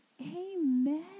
amen